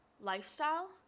lifestyle